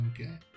okay